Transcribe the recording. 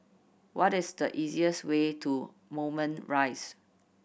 what is the easiest way to Moulmein Rise